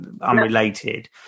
unrelated